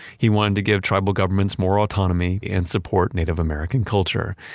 he wanted to give tribal governments more autonomy and support native american culture.